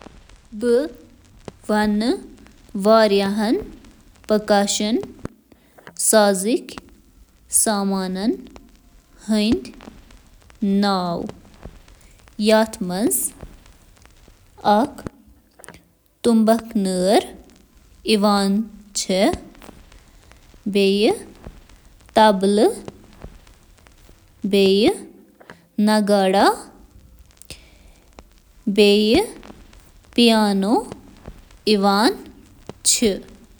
آرکسٹراہَس منٛز ساروِی کھۄتہٕ عام پرکشن آلاتَن منٛز چھِ ٹمپانی، زائلوفون، جھینجھن، مثلث، پھنسی drum, bass drum, tambourine, maracas, gong, chimes, celesta تہٕ پیانو شٲمِل۔